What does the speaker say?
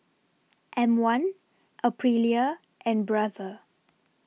M one Aprilia and Brother